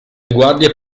guardie